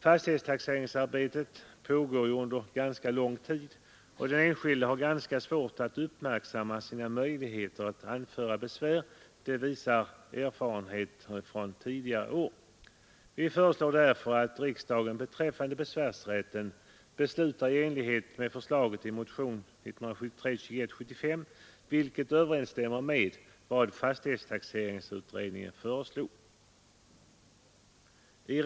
Fastighetstaxeringsarbetet pågår under ganska lång tid, och den enskilde har ganska svårt att uppmärksamma sina möjligheter att anföra besvär. Det visar erfarenheterna från tidigare år. Vi föreslår därför att riksdagen beträffande besvärsrätten beslutar i enlighet med förslaget i motionen 2175, vilket överensstämmer med vad fastighetstaxeringsutredningen har föreslagit.